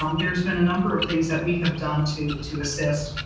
um there's been a number of things that we have done to to assist.